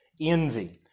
envy